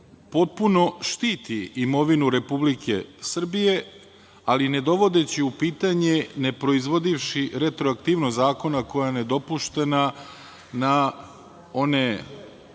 potpuno štiti imovinu Republike Srbije, ali ne dovodeći u pitanje, ne proizvodivši retroaktivnost zakona koja je nedopuštena na one